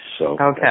Okay